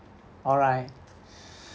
alright